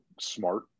smart